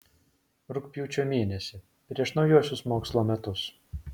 rugpjūčio mėnesį prieš naujuosius mokslo metus